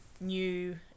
new